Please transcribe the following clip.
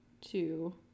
two